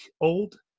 old